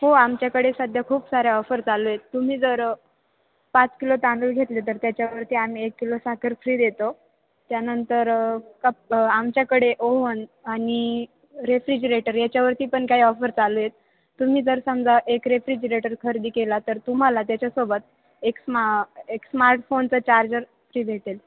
हो आमच्याकडे सध्या खूप साऱ्या ऑफर चालू आहेत तुम्ही जर पाच किलो तांदूळ घेतले तर त्याच्यावरती आम्ही एक किलो साखर फ्री देतो त्यानंतर कप आमच्याकडे ओव्हन आणि रेफ्रिजरेटर याच्यावरती पण काही ऑफर चालू आहेत तुम्ही जर समजा एक रेफ्रिजिरेटर खरेदी केला तर तुम्हाला त्याच्यासोबत एक स्मा एक स्मार्टफोनचं चार्जर फ्री भेटेल